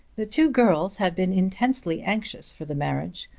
the two girls had been intensely anxious for the marriage,